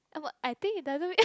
oh I think it doesn't make